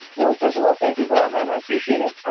well, first of all, thank you for that, man, i appreciate it. um,